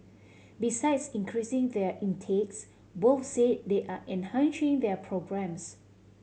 besides increasing their intakes both say they are enhancing their programmes